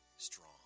Strong